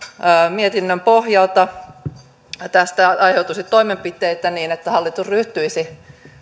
mietinnön pohjalta tästä aiheutuisi toimenpiteitä niin että hallitus ryhtyisi